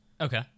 Okay